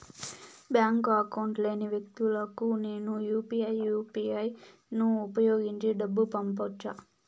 Bank account లేని వ్యక్తులకు నేను యు పి ఐ యు.పి.ఐ ను ఉపయోగించి డబ్బు పంపొచ్చా?